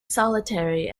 solitary